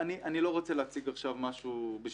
אני לא רוצה להציג עכשיו משהו בשליפות.